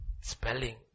spelling